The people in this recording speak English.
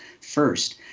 first